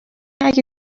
اگه